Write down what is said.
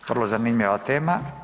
Vrlo zanimljiva tema.